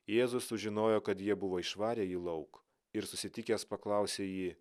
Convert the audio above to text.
jėzus sužinojo kad jie buvo išvarę jį lauk ir susitikęs paklausė jį